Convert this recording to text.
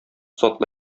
затлы